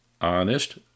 honest